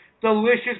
delicious